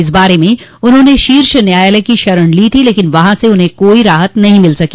इस बारे में उन्होंने शीर्ष न्यायालय की शरण ली थी लेकिन वहां से उन्हें कोई राहत नहीं मिल सकी